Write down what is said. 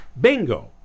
Bingo